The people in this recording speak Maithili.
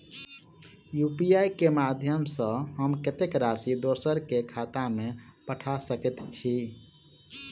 यु.पी.आई केँ माध्यम सँ हम कत्तेक राशि दोसर केँ खाता मे पठा सकैत छी?